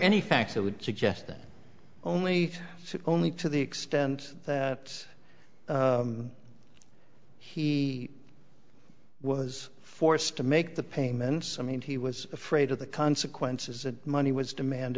that only only to the extent that he was forced to make the payments and he was afraid of the consequences that money was demand